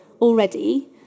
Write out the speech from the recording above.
already